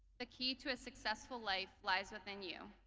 the key to a successful life lies within you.